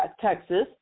Texas